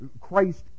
christ